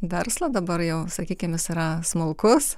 verslą dabar jau sakykim jis yra smulkus